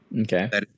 Okay